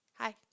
Hi